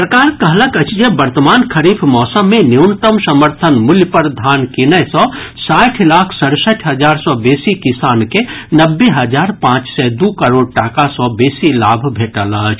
सरकार कहलक अछि जे वर्तमान खरीफ मौसम मे न्यूनतम समर्थन मूल्य पर धान कीनय सँ साठि लाख सड़सठि हजार सँ बेसी किसान के नब्बे हजार पांच सय दू करोड़ टाका सँ बेसी लाभ भेटल अछि